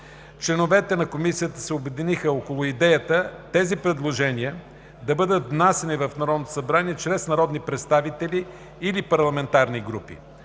Членовете на Комисията се обединиха около идеята тези предложения да бъдат внасяни в Народното събрание чрез народни представители или парламентарни групи.